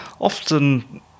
Often